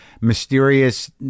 mysterious